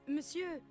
Monsieur